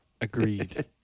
Agreed